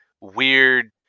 weird